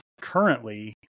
currently